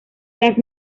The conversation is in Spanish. las